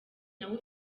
nawe